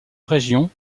région